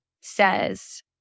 says